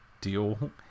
deal